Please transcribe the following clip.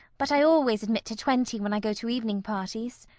but i always admit to twenty when i go to evening parties.